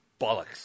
bollocks